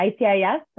ICIS